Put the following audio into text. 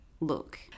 look